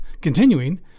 Continuing